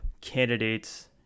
candidates